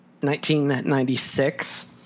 1996